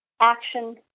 action